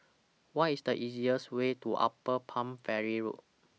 What IS The easiest Way to Upper Palm Valley Road